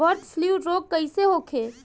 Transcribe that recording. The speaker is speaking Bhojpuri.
बर्ड फ्लू रोग कईसे होखे?